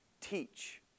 teach